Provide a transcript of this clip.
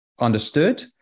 understood